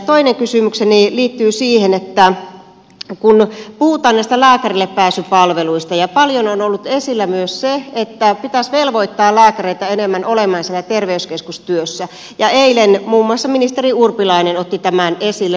toinen kysymykseni liittyy siihen kun puhutaan näistä lääkärillepääsypalveluista ja paljon on ollut esillä myös se että pitäisi velvoittaa lääkäreitä enemmän olemaan siellä terveyskeskustyössä eilen muun muassa ministeri urpilainen otti tämän esille